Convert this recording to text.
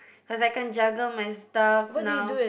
cause I can't juggle my stuff now